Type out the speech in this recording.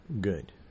good